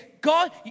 God